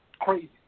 crazy